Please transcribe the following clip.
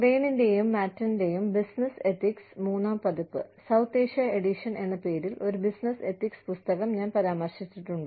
ക്രെയിനിന്റെയും മാറ്റന്റെയും business ethics മൂന്നാം പതിപ്പ് സൌത്ത് ഏഷ്യ എഡിഷൻ എന്ന പേരിൽ ഒരു ബിസിനസ്സ് എത്തിക്സ് പുസ്തകം ഞാൻ പരാമർശിച്ചിട്ടുണ്ട്